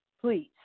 Please